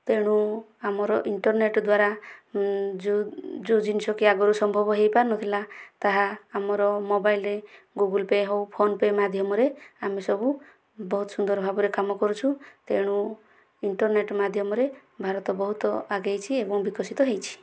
ତେଣୁ ଆମର ଇଣ୍ଟର୍ନେଟ ଦ୍ୱାରା ଯେଉଁ ଜିନିଷକି ଆଗରୁ ସମ୍ଭବ ହୋଇପାରୁନଥିଲା ତାହା ଆମର ମୋବାଇଲରେ ଗୁଗଲ ପେ ହେଉ ଫୋନ ପେ ମାଧ୍ୟମରେ ଆମେ ସବୁ ବହୁତ ସୁନ୍ଦର ଭାବରେ କାମ କରୁଛୁ ତେଣୁ ଇଣ୍ଟର୍ନେଟ ମାଧ୍ୟମରେ ଭାରତ ବହୁତ ଆଗେଇଛି ଏବଂ ବିକଶିତ ହୋଇଛି